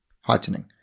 heightening